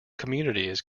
communities